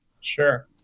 Sure